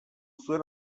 zuen